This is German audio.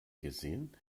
gesehen